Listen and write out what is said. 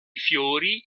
fiori